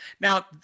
Now